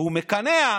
והוא מקנח: